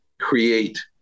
create